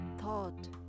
thought